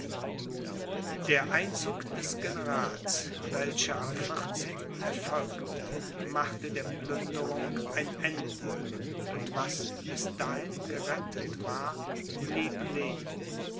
der einzug des generals welcher am erfolgte machte der plünderung ein ende und was bis dahin gerettet war blieb leben